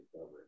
over